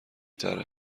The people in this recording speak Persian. تره